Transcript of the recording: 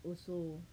also